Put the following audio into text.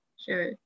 sure